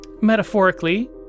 Metaphorically